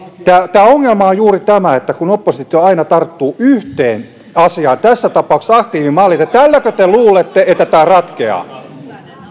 tämä ongelma on juuri tämä kun oppositio aina tarttuu yhteen asiaan tässä tapauksessa aktiivimalliin ja tälläkö te luulette että tämä ratkeaa